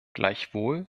gleichwohl